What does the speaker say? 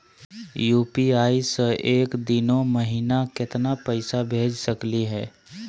UPI स एक दिनो महिना केतना पैसा भेज सकली हे?